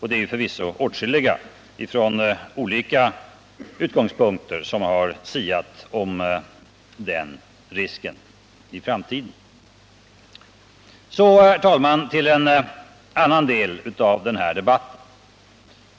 Åtskilliga har från olika utgångspunkter siat om den risken i framtiden. Så, herr talman, till en annan del av denna debatt.